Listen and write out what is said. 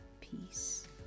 peace